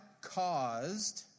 caused